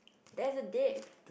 there's a diff